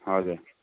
हजुर